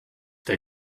der